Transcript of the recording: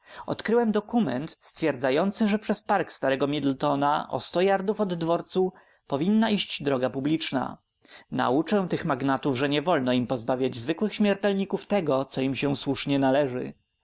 odkryłem dokument stwierdzający że przez park starego middletona o sto yardów od dworu powinna iść droga publiczna nauczę tych magnatów że nie wolno im pozbawiać zwykłych śmiertelników tego co im się słusznie należy